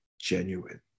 genuine